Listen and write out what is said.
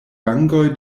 vangoj